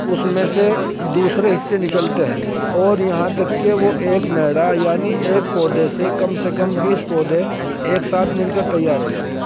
اس میں سے دوسرے حصے نکلتے ہیں اور یہاں تک کہ وہ ایک میڈا یعنی ایک پودے سے کم سے کم پیس پودھے ایک ساتھ مل کر تیار ہو جاتے ہیں